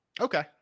Okay